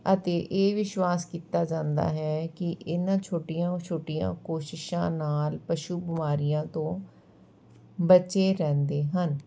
ਅਤੇ ਇਹ ਵਿਸ਼ਵਾਸ ਕੀਤਾ ਜਾਂਦਾ ਹੈ ਕਿ ਇਹਨਾਂ ਛੋਟੀਆਂ ਛੋਟੀਆਂ ਕੋਸ਼ਿਸ਼ਾਂ ਨਾਲ ਪਸ਼ੂ ਬਿਮਾਰੀਆਂ ਤੋਂ ਬਚੇ ਰਹਿੰਦੇ ਹਨ